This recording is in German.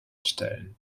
stellen